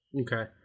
Okay